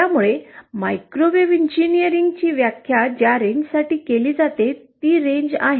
त्यामुळे मायक्रोवेव्ह इंजिनीअरिंगची व्याख्या ज्या रेंजसाठी केली जाते ती रेंज आहे